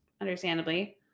understandably